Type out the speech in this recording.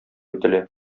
ителә